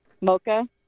Mocha